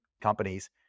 companies